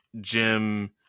Jim